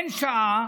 אין שעה,